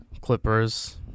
Clippers